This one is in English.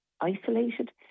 isolated